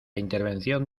intervención